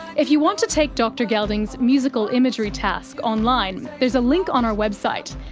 if you want to take dr gelding's musical imagery task online, there's a link on our website.